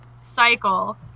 cycle